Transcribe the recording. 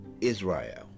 Israel